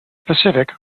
pacific